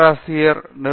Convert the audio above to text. பேராசிரியர் ஆர்